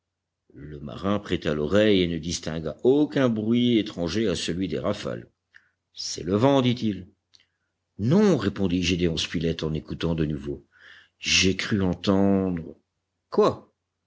le marin prêta l'oreille et ne distingua aucun bruit étranger à celui des rafales c'est le vent dit-il non répondit gédéon spilett en écoutant de nouveau j'ai cru entendre quoi